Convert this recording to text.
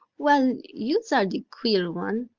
well, yous are de queer one.